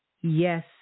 Yes